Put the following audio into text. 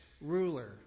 ruler